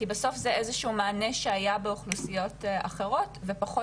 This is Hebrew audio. כי בסוף זה איזה שהוא מענה שהיה בסוגיות אחרות ופחות